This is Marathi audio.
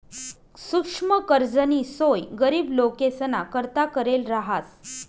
सुक्ष्म कर्जनी सोय गरीब लोकेसना करता करेल रहास